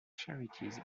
charities